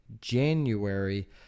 January